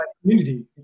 community